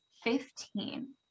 fifteen